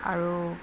আৰু